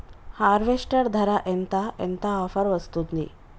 Harvester ధర ఎంత ఎంత ఆఫర్ వస్తుంది?